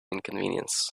inconvenience